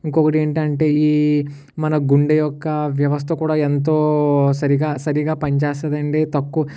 ఇంకొకటి ఏంటి అంటే ఈ మన గుండె యొక్క వ్యవస్థ కూడా ఎంతో సరిగా సరిగా పనిచేస్తుంది అండి తక్కువ